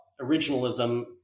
originalism